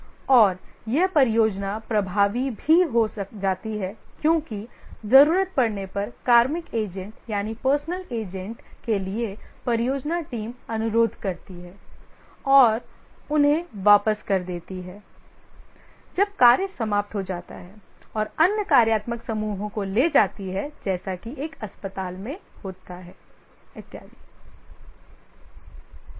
और यह परियोजना प्रभावी भी हो जाती है क्योंकि जरूरत पड़ने पर कार्मिक एजेंट के लिए परियोजना टीम अनुरोध करती है और उन्हें वापस कर देती है जब कार्य समाप्त हो जाता है और अन्य कार्यात्मक समूहों को ले जाती है जैसा कि एक अस्पताल में होता है इत्यादि